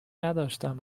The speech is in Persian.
نداشتم